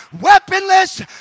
weaponless